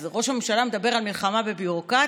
אז ראש הממשלה מדבר על מלחמה בביורוקרטיה,